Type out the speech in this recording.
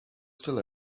still